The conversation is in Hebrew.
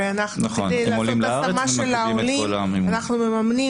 הרי אנחנו כדי לעשות השמה של העולים אנחנו מממנים